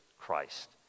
Christ